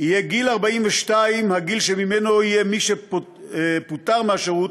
יהיה גיל 42 הגיל שממנו יהיה מי שפוטר מהשירות